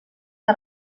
que